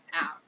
out